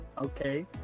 okay